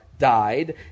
died